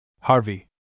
Harvey